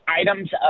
items